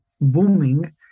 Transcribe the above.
booming